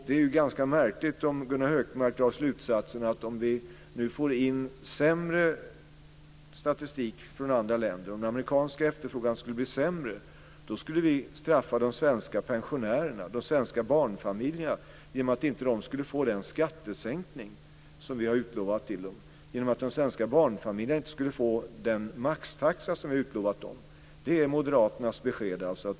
Det är ganska märkligt om Gunnar Hökmark drar slutsatsen att om vi nu får in sämre statistik från andra länder och om den amerikanska efterfrågan skulle bli sämre så skulle vi straffa de svenska pensionärerna och de svenska barnfamiljerna. De skulle straffas genom att de inte skulle få den skattesänkning vi har lovat dem, genom att de svenska barnfamiljerna inte skulle få den maxtaxa vi har lovat dem. Det är moderaternas besked.